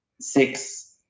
six